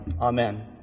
Amen